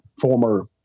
former